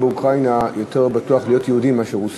באוקראינה יותר בטוח להיות יהודי מאשר רוסי.